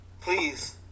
please